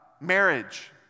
marriage